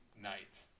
night